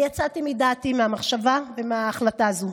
אני יצאתי מדעתי מהמחשבה ומההחלטה הזו.